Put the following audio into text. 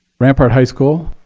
rampart high school,